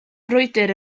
frwydr